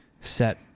set